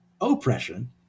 oppression